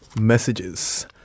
Messages